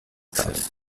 texas